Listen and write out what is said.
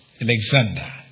Alexander